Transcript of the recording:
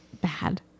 bad